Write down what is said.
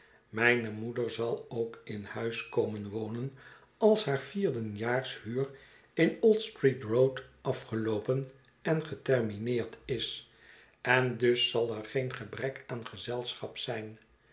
mijne moeder zal ook in huis komen wonen als haar vierendeeljaars huur in old street road afgeloopen en getermineerd is en dus zal er geen gebrek aan gezelschap zijn